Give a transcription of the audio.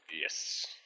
Yes